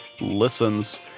listens